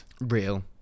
Real